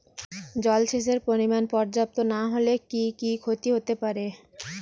জলসেচের পরিমাণ পর্যাপ্ত না হলে কি কি ক্ষতি হতে পারে?